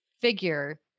figure